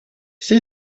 все